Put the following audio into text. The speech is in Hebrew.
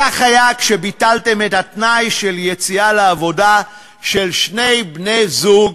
כך היה כשביטלתם את התנאי של יציאה לעבודה של שני בני-הזוג